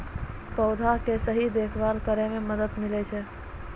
पौधा के सही देखभाल करै म मदद मिलै छै